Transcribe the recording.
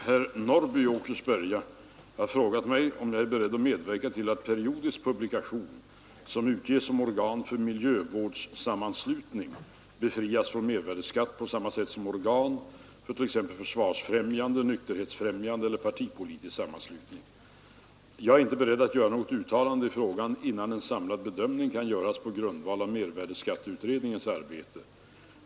Herr talman! Herr Norrby i Åkersberga har frågat mig om jag är beredd att medverka till att periodisk publikation, som utges som organ för miljövårdssammanslutning, befrias från mervärdeskatt på samma sätt som organ för t.ex. försvarsfrämjande, nykterhetsfrämjande eller partipolitisk sammanslutning. Jag är inte beredd att göra något uttalande i frågan innan en samlad bedömning kan företas på grundval av mervärdeskatteutredningens arbete.